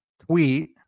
Tweet